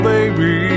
baby